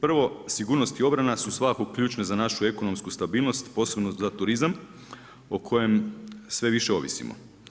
Prvo sigurnost i obrana su svakako ključne za našu ekonomsku stabilnost posebno za turizam o kojem sve više ovisimo.